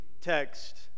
text